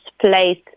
place